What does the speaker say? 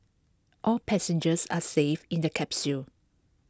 all passengers are safe in the capsule